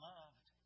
Loved